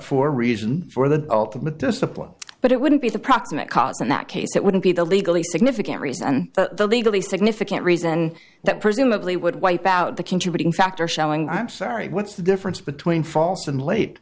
for reason for the ultimate discipline but it wouldn't be the proximate cause in that case it wouldn't be the legally significant reason legally significant reason that presumably would wipe out the contributing factor showing i'm sorry what's the difference between false and late